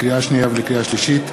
לקריאה שנייה ולקריאה שלישית,